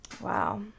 Wow